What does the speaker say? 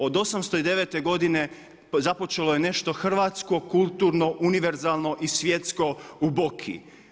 Od 809 godine započelo je nešto hrvatsko, kulturno, univerzalno i svjetsko u Boki.